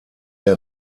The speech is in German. der